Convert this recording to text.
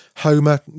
Homer